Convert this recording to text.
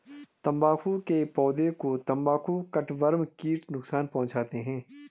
तंबाकू के पौधे को तंबाकू कटवर्म कीट नुकसान पहुंचाते हैं